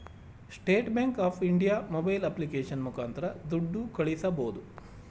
state bank of India mobile application ಮುಖಾಂತರ ದುಡ್ಡು ಕಳಿಸಬೋದು